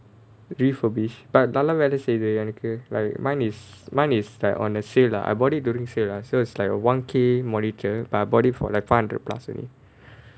refurbished but நல்லா வேலை செய்யுது எனக்கு:nallaa velai seiyuthu enakku like mine is mine is like on a sale lah I bought it during sale ah so it's like a one K monitor but I bought it for like five hundred plus only